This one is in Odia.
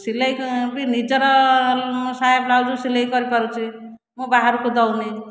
ସିଲେଇ ବି ନିଜର ସାୟା ବ୍ଲାଉଜ ସିଲେଇ କରିପାରୁଛି ମୁଁ ବାହାରକୁ ଦେଉ ନାହିଁ